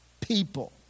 people